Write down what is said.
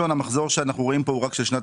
המחזור שאנחנו רואים כאן הוא רק של שנת